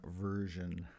version